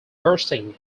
bursting